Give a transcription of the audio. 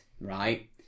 right